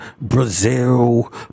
Brazil